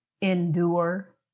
endure